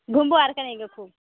घूमा करेंगे ख़ूब